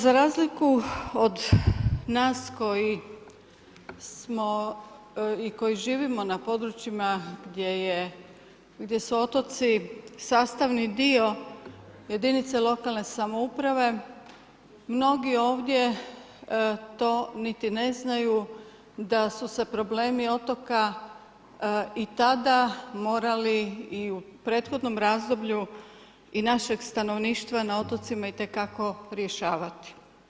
Za razliku od nas, koji smo i koji živimo na područjima, gdje je, gdje su otoci sastavni dio jedinice lokalne samouprave, mnogi ovdje to niti ne znaju, da su se problemi otoka i tada morali i u prethodnom razdoblju i našem stanovništva na otocima itekako rješavati.